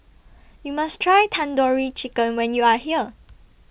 YOU must Try Tandoori Chicken when YOU Are here